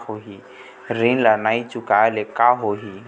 ऋण ला नई चुकाए ले का होही?